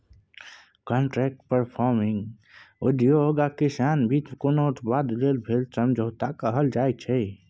contract farming उद्योग आ किसानक बीच कोनो उत्पाद लेल भेल समझौताकेँ कहल जाइ छै